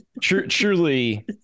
Truly